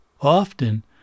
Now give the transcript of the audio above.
Often